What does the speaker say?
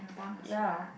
ya